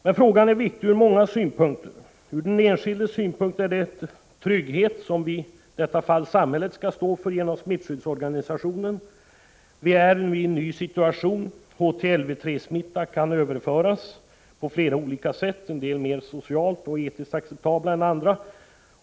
Men frågan är viktig från många synpunkter. För den enskilde är det trygghet som i detta fall samhället skall stå för genom smittskyddsorganisationen. Vi är nu i en ny situation. HTLV-III-smitta kan överföras på flera olika sätt, en del mer socialt och etiskt acceptabla än andra.